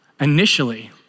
initially